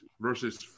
versus